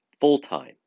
full-time